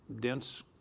dense